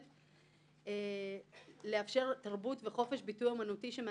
בוודאי לא